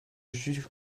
juge